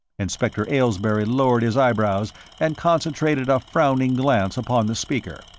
inspector aylesbury lowered his eyebrows and concentrated a frowning glance upon the speaker.